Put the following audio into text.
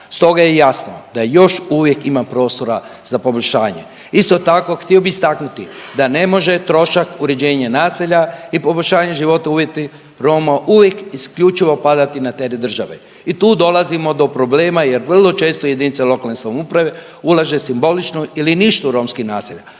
Stoga je jasno da još uvijek ima prostora za poboljšanje. Isto tako htio bih istaknuti da ne može trošak uređenja naselja i poboljšanje života uvjeti Roma uvijek isključivo padati na teret države i tu dolazimo do problema jer vrlo često jedinice lokalne samouprave ulaže simbolično ili ništa u romska naselja,